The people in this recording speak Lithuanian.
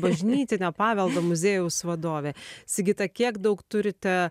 bažnytinio paveldo muziejaus vadovė sigita kiek daug turite